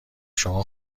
شما